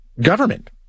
government